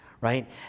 right